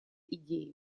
идеи